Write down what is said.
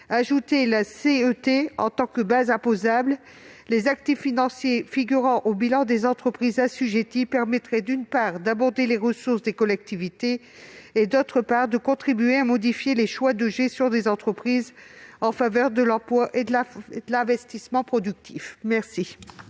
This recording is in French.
ajoutant, en tant que base imposable, les actifs financiers figurant au bilan des entreprises assujetties. Cela permettra, d'une part, d'abonder les ressources des collectivités, d'autre part, de contribuer à modifier les choix de gestion des entreprises en faveur de l'emploi et de l'investissement productif. Quel